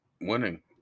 winning